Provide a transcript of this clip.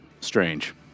strange